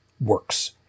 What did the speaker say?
works